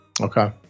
Okay